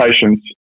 patients